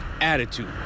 attitude